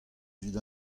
evit